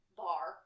bar